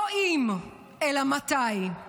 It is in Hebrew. לא אם, אלא מתי.